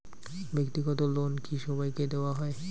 ব্যাক্তিগত লোন কি সবাইকে দেওয়া হয়?